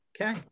Okay